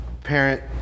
parent